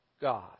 God